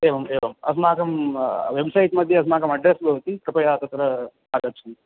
एवम् एवम् अस्माकं वेब्सैट्मध्ये अस्माकम् अड्रेस् भवति कृपया तत्र आगच्छन्तु